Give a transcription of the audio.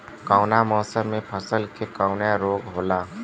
कवना मौसम मे फसल के कवन रोग होला?